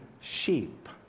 sheep